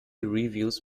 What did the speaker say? reviews